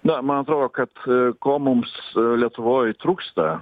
na man atrodo kad ko mums lietuvoj trūksta